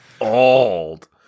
old